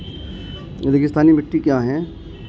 रेगिस्तानी मिट्टी क्या है?